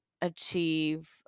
achieve